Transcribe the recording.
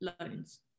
loans